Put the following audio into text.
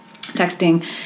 texting